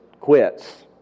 quits